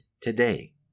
today